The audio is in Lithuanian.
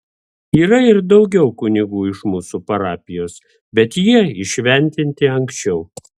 yra ir daugiau kunigų iš mūsų parapijos bet jie įšventinti anksčiau